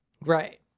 right